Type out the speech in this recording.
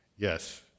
Yes